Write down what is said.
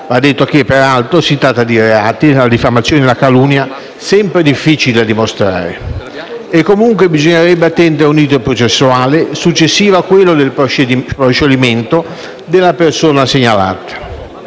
Va detto che, peraltro, si tratta di reati - la diffamazione, la calunnia - sempre difficili da dimostrare. E comunque bisognerebbe attendere un *iter* processuale successivo a quello del proscioglimento della persona segnalata.